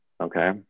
okay